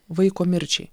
vaiko mirčiai